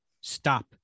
stop